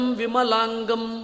vimalangam